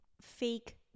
fake